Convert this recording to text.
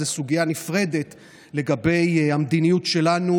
זו סוגיה נפרדת לגבי המדיניות שלנו,